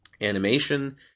animation